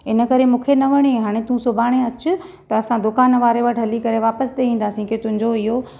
हिन करे मूंखे न वणे हाणे तूं सुभाणे अचि त असां दुकानु वारे वटि हली करे वापसि ॾेई ईंदासि की तुंहिंजो इहो